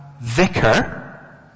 vicar